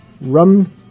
Rum